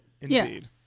Indeed